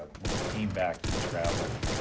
ah when he came back, he traveled,